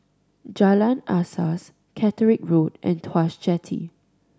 Jalan Asas Catterick Road and Tuas Jetty